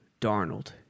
Darnold